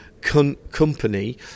company